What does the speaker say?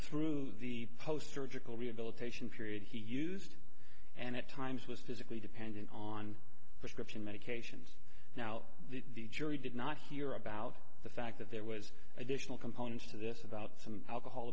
through the post surgical rehabilitation period he used and at times was physically dependent on prescription medications now the jury did not hear about the fact that there was additional components to this about some alcohol